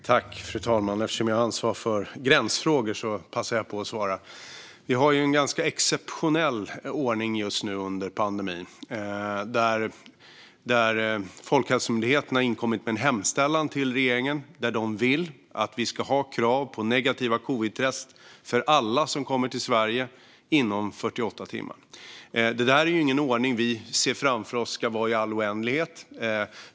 Fru talman! Eftersom jag har ansvar för gränsfrågor passar jag på att svara. Vi har en ganska exceptionell ordning just nu under pandemin. Folkhälsomyndigheten har inkommit med en hemställan till regeringen där de vill att vi ska ha krav på negativa covidtest inom 48 timmar för alla som kommer till Sverige. Detta är ingen ordning vi ser framför oss ska gälla i all oändlighet.